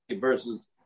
versus